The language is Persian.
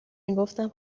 میگفتم